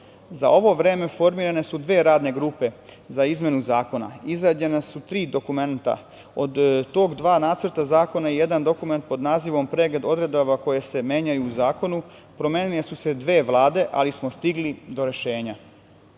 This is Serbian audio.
Za ovo vreme formirane su dve radne grupe za izmenu zakona. Izrađena su tri dokumenta, a od toga dva nacrta zakona i jedan dokument pod nazivom „Pregled odredaba koje se menjaju u zakonu“. Promenile su se dve Vlade, ali smo stigli do rešenja,